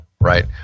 right